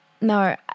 No